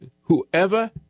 Whoever